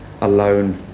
alone